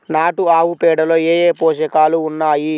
నాటు ఆవుపేడలో ఏ ఏ పోషకాలు ఉన్నాయి?